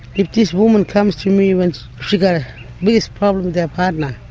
if this woman comes to me when she's got a biggest problem with her partner.